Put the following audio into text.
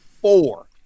four